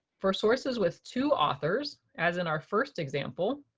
for sources with two authors, as in our first example,